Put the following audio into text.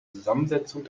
zusammensetzung